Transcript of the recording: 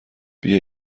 بیا